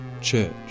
Church